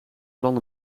plan